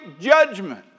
judgment